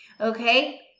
okay